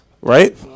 Right